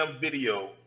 video